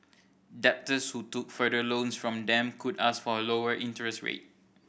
debtors who took further loans from them could ask for a lower interest rate